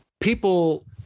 people